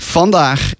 Vandaag